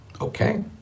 Okay